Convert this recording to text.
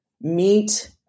meet